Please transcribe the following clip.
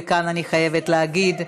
וכאן אני חייבת להגיד,